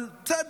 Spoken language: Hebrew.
אבל בסדר.